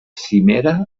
cimera